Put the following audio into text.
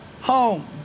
home